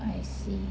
I see